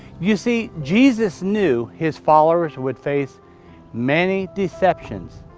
you see, jesus knew his followers would face many deceptions.